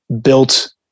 built